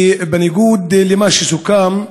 בניגוד למה שסוכם,